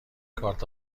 کارت